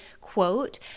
quote